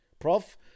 Prof